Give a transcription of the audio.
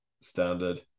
standard